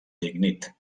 lignit